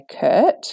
Kurt